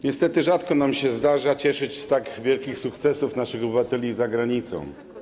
Niestety rzadko nam się zdarza cieszyć z tak wielkich sukcesów naszych obywateli za granicą.